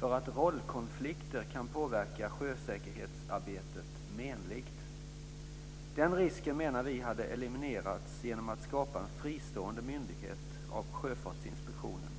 för att rollkonflikter kan påverka sjösäkerhetsarbetet menligt. Den risken menar vi hade eliminerats genom att man hade skapat en fristående myndighet av Söfartsinspektionen.